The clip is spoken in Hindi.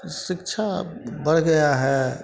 शिक्षा बढ़ गया है